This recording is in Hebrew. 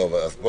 אם אנחנו